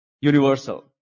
universal